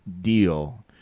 deal